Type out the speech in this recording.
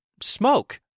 smoke